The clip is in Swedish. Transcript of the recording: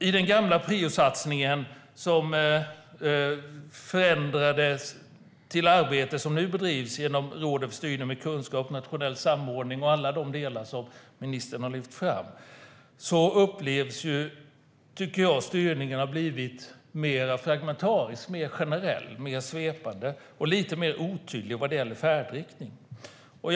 I den gamla priosatsningen som förändrades till det arbete som nu bedrivs genom Rådet för styrning med kunskap, nationell samordning och alla de delar som ministern har lyft fram upplever jag att styrningen har blivit mer fragmentarisk, generell och svepande. Den har också blivit lite mer otydlig vad gäller färdriktning. Fru talman!